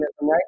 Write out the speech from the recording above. right